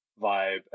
vibe